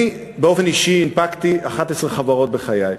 אני באופן אישי הנפקתי 11 חברות בחיי,